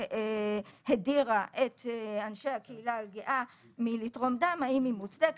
שהדירה מאנשי הקהילה הגאה מלתרום דם היא מוצדקת,